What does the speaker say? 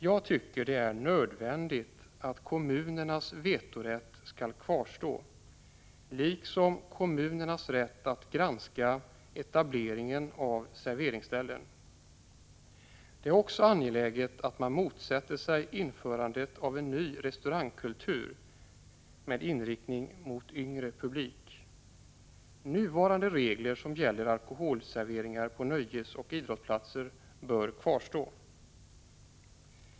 Jag tycker det är nödvändigt att kommunernas vetorätt kvarstår liksom deras rätt att granska etableringen av serveringsställen. Det är också angeläget att man motsätter sig införandet av en ny restaurangkultur med inriktning mot yngre publik. Nuvarande regler för alkoholservering på nöjesoch idrottsplatser bör kvarstå.